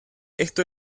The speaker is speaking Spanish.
esto